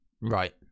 Right